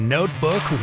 Notebook